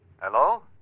Hello